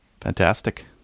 Fantastic